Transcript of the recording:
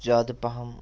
زیادٕ پَہَم